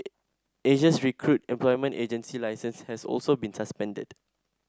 Asia's Recruit's employment agency licence has also been suspended